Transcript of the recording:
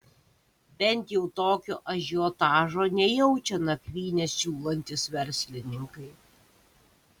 bent jau tokio ažiotažo nejaučia nakvynę siūlantys verslininkai